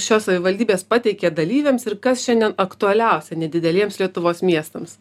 šios savivaldybės pateikė dalyviams ir kas šiandien aktualiausia nedideliems lietuvos miestams